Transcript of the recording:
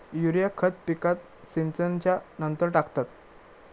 urea खत पिकात सिंचनच्या नंतर टाकतात